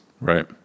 right